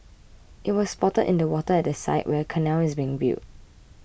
it was spotted in the water at the site where a canal is being built